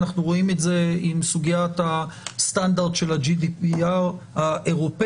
אנחנו רואים את זה עם סוגיית הסטנדרט של ה-GDPR האירופאי,